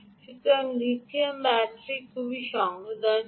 সুতরাং lithium battery খুব সংবেদনশীল